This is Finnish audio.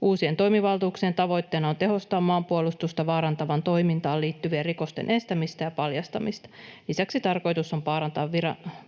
Uusien toimivaltuuksien tavoitteena on tehostaa maanpuolustusta vaarantavaan toimintaan liittyvien rikosten estämistä ja paljastamista. Lisäksi tarkoitus on parantaa viranomaisyhteistyötä.